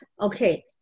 Okay